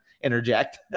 interject